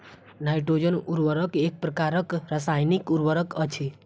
nitrogen उर्वरक एक प्रकारक रासायनिक उर्वरक अछि